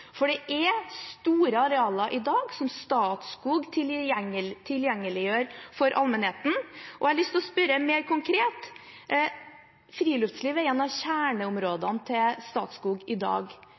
For det er store arealer i dag som Statskog tilgjengeliggjør for allmennheten. Jeg har lyst til å spørre mer konkret: Friluftsliv er et av kjerneområdene til Statskog i dag.